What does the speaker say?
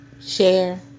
share